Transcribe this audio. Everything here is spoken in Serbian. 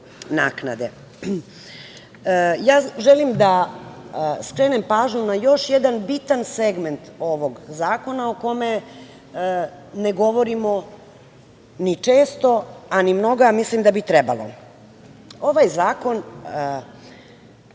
naknade. Želim da skrenem pažnju na još jedan bitan segment ovog zakona o kome ne govorimo ni često, a ni mnogo, a mislim da bi trebalo. Ovaj zakon